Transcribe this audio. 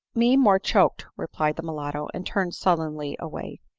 me more choked, replied the mulatto, and turned sullenly away.